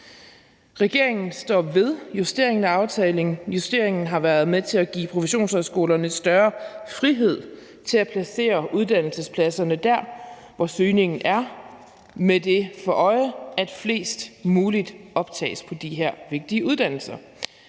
Regeringen står ved justeringen af aftalen. Justeringen har været med til at give professionshøjskolerne en større frihed til at placere uddannelsespladserne der, hvor søgningen er, med det for øje at flest mulige optages på de her vigtige uddannelser.